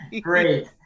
Great